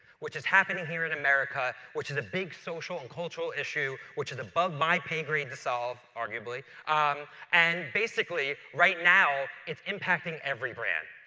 which is happening here in america which is a big social and cultural issue which is above my pay-grade to solve arguably um and basically, right now it's impacting every brand.